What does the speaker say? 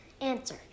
Answer